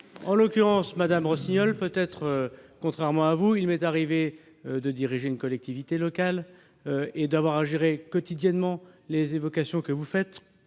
En l'occurrence, madame Rossignol, contrairement à vous peut-être, il m'est arrivé de diriger une collectivité locale et d'avoir à gérer quotidiennement les problèmes que vous évoquez.